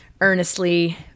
earnestly